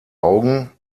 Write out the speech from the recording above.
augen